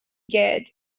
get